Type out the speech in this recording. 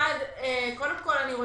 דיברנו על זה